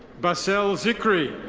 basel zikri.